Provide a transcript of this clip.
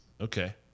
Okay